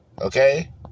Okay